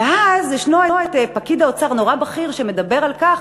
ואז יש פקיד אוצר נורא בכיר שמדבר על כך